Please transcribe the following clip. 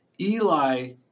Eli